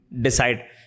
decide